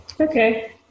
okay